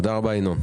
תודה רבה ינון.